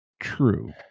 True